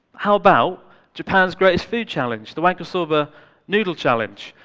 how about japan's greatest food challenge, the wanko soba noodle challenge,